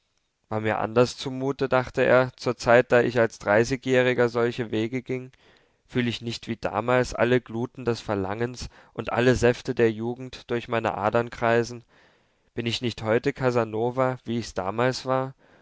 war mir anders zumute dachte er zur zeit da ich als dreißigjähriger solche wege ging fühl ich nicht wie damals alle gluten des verlangens und alle säfte der jugend durch meine adern kreisen bin ich nicht heute casanova wie ich's damals war